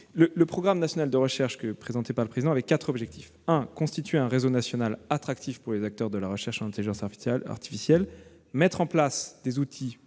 Le programme national de recherche présenté par le Président de la République a quatre objectifs : constituer un réseau national attractif pour les acteurs de la recherche en intelligence artificielle ; mettre en place des outils